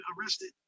arrested